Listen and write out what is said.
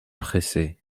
pressait